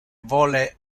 vole